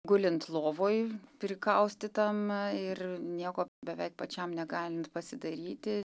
gulint lovoj prikaustytam ir nieko beveik pačiam negalint pasidaryti